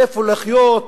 איפה לחיות,